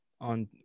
on